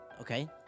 Okay